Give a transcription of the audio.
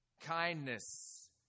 kindness